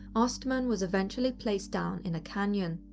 ostman was eventually placed down in a canyon.